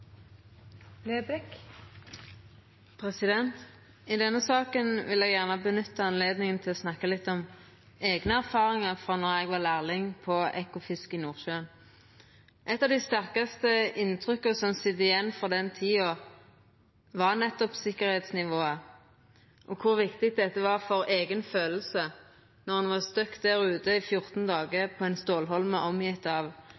I denne saka vil eg gjerne nytta anledninga til å snakka litt om eigne erfaringar frå då eg var lærling på Ekofisk i Nordsjøen. Eit av dei sterkaste inntrykka som sit igjen frå den tida, er nettopp sikkerheitsnivået, og kor viktig dette var for eigen følelse når ein var stuck der ute i 14 dagar på ein stålholme omgjeven av